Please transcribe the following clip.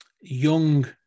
young